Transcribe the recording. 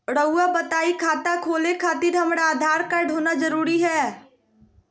रउआ बताई खाता खोले खातिर हमरा आधार कार्ड होना जरूरी है?